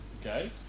okay